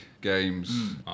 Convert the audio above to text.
games